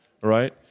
right